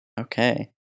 Okay